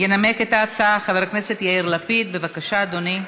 ינמק את ההצעה חבר הכנסת יאיר לפיד, בבקשה, אדוני.